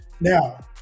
Now